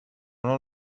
non